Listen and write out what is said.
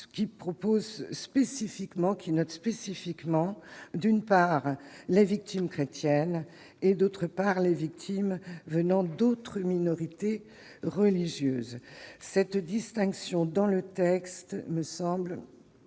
qui propose spécifiquement qui note spécifiquement, d'une part les victimes chrétiennes et d'autre part, les victimes venant d'autres minorités religieuses cette distinction dans le texte me semble